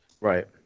Right